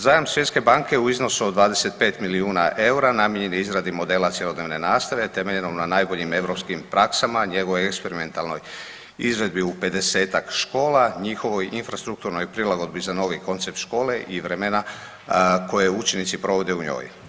Zajam Svjetske banke u iznosu od 25 milijuna eura namijenjen je izradi modela cjelodnevne nastave temeljenom na najboljim europskim praskama njegovoj eksperimentalnoj izvedbi u 50-ak škola, njihovoj infrastrukturnoj prilagodbi za novi koncept škole i vremena koje učenici provode u njoj.